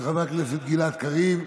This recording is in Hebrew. של חבר הכנסת גלעד קריב.